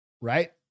right